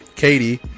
Katie